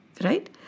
right